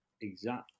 exact